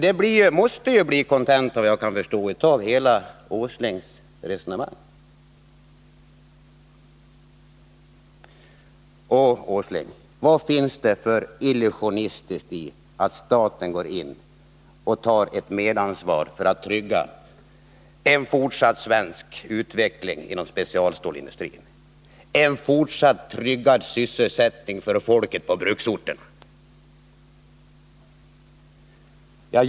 Det måste ju, såvitt jag kan förstå, bli kontentan av hela herr Åslings resonemang. Och, herr Åsling, vad finns det för illusionistiskt i att staten går in och tar ett medansvar för att trygga en fortsatt utveckling inom den svenska specialstålsindustrin, en fortsatt tryggad sysselsättning för folket på bruksorterna?